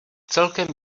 celkem